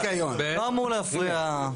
לא אמור להפריע,